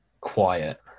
quiet